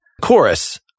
chorus